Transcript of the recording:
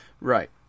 Right